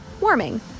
warming